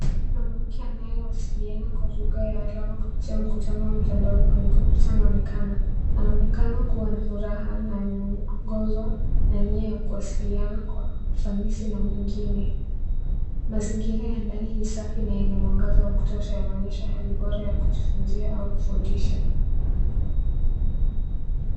Mwanamke anayewasiliana kwa lugha ya alama kupitia mkutano wa mtandaoni kwenye kompyuta anaonekana, anaonekana kuwa na furaha na ameongozwa na nia ya kuwasiliana kwa ufanisi na mwingine. mazingira ya ndani ni safi na yenye mwangaza wa kutosha yanaoonyesha hali bora ya kujifunzia au kufundisha.